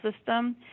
system